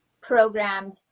programmed